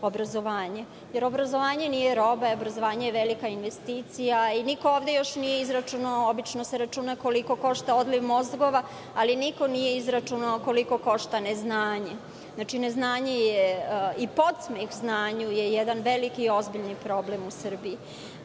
jer obrazovanje nije roba, obrazovanje je velika investicija i niko ovde još nije izračunao, a obično se računa koliko košta odliv mozgova, koliko košta neznanje. Neznanje i podsmeh znanju je jedan veliki i ozbiljni problem u Srbiji. Dakle,